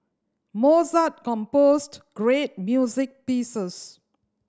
Mozart composed great music pieces